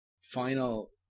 final